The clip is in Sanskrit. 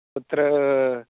अत्र